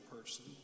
person